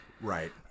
right